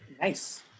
Nice